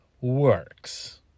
works